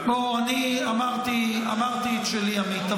אמרתי את שלי, עמית.